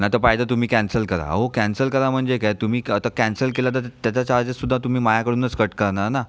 नाही तर पाहिजे तुम्ही कॅन्सल करा अहो कॅन्सल करा म्हणजे काय तुम्ही आता कॅन्सल केलं तर त्याचा चार्जेससुद्धा तुम्ही माझ्याकडूनच कट करणार ना